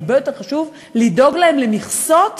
הרבה יותר חשוב לדאוג להם למכסות